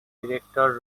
director